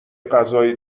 غذای